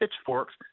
pitchforks